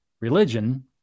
religion